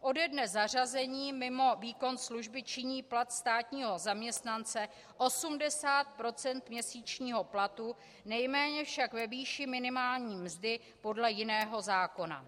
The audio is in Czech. Ode dne zařazení mimo výkon služby činí plat státního zaměstnance 80 % měsíčního platu, nejméně však ve výši minimální mzdy podle jiného zákona.